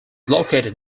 located